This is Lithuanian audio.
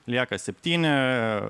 lieka septyni